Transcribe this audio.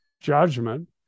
judgment